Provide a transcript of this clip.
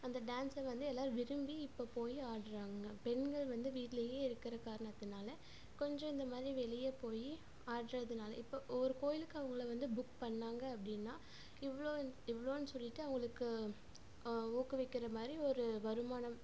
அந்த டான்ஸ்ஸை வந்து எல்லோரும் விரும்பி இப்போ போய் ஆடுறாங்க பெண்கள் வந்து வீட்லேயே இருக்கிற காரணத்துனால் கொஞ்சம் இந்த மாதிரி வெளியே போய் ஆடுறதுனால இப்போ ஒரு கோவிலுக்கு அவங்கள வந்து புக் பண்ணிணாங்க அப்படினா இவ்வளோ இவ்வளோனு சொல்லிகிட்டு அவங்களுக்கு ஊக்குவிக்கிற மாதிரி ஒரு வருமானம்